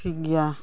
ᱴᱷᱤᱠ ᱜᱮᱭᱟ